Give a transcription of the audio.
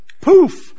Poof